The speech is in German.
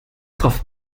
drauf